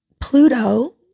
Pluto